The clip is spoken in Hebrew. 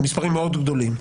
במספרים מאוד גדולים.